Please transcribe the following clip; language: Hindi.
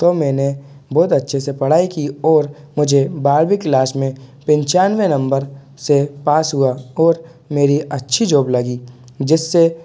तो मैंने बहुत अच्छे से पढ़ाई की और मुझे बारहवीं क्लास में पिंचानवे नम्बर से पास हुआ और मेरी अच्छी जॉब लगी जिससे